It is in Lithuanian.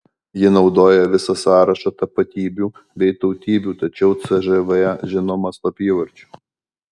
ji naudoja visą sąrašą tapatybių bei tautybių tačiau cžv žinoma slapyvardžiu